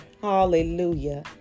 Hallelujah